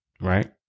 Right